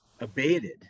abated